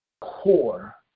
core